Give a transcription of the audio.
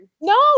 No